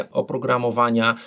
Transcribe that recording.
oprogramowania